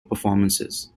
performances